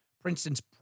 Princeton's